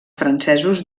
francesos